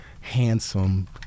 handsome